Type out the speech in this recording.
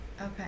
Okay